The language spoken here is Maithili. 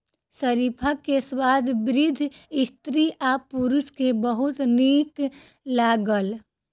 शरीफा के स्वाद वृद्ध स्त्री आ पुरुष के बहुत नीक लागल